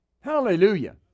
Hallelujah